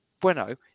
Bueno